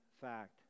fact